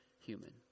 human